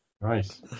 Nice